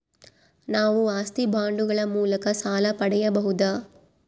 ನಾವು ಆಸ್ತಿ ಬಾಂಡುಗಳ ಮೂಲಕ ಸಾಲ ಪಡೆಯಬಹುದಾ?